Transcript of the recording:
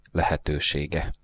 lehetősége